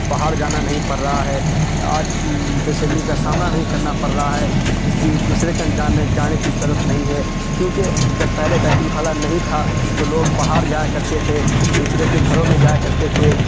باہر جانا نہیں پڑ رہا ہے آج بےشرمی کا سامنا نہیں کرنا پڑ رہا ہے کسی دوسرے کن جانے کی ضرورت نہیں ہے کیونکہ جب پہلے بیت الکھلا نہیں تھا تو لوگ باہر جایا کرتے تھے دوسرے کے گھروں میں جایا کرتے تھے